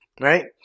right